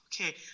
okay